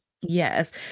Yes